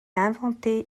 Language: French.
inventée